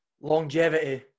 longevity